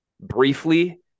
briefly